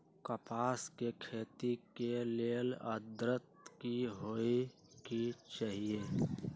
कपास के खेती के लेल अद्रता की होए के चहिऐई?